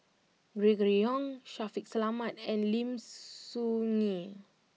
Gregory Yong Shaffiq Selamat and Lim Soo Ngee